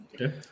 Okay